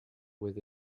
with